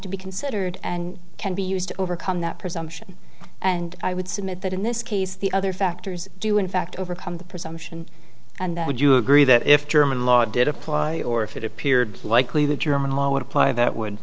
to be considered and can be used to overcome that presumption and i would submit that in this case the other factors do in fact overcome the presumption and that would you agree that if german law did apply or if it appeared likely that german law would apply that would